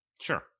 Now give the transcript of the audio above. Sure